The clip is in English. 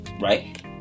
Right